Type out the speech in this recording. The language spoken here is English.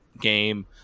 game